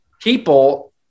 people